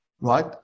right